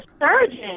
surgeon